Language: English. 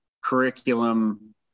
curriculum